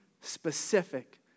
specific